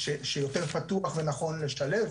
שיותר פתוח ונכון לשלב,